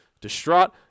distraught